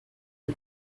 you